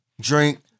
drink